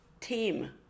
team